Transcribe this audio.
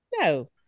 No